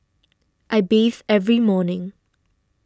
I bathe every morning